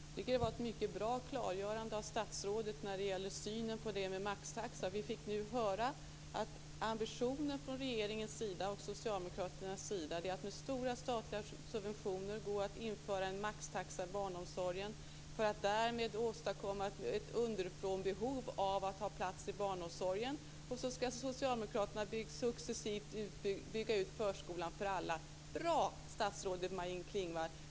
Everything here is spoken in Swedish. Fru talman! Det var ett mycket bra klarläggande från statsrådet när det gäller synen på maxtaxan. Vi fick nu höra att ambitionen från regeringens och socialdemokraterna sida är att med stora statliga subventioner införa en maxtaxa i barnomsorgen för att skapa ett behov underifrån av platser i barnomsorgen. På så sätt skall socialdemokraterna successivt bygga ut förskolan för alla. Bra, statsrådet Maj-Inger Klingvall!